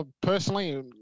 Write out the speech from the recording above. personally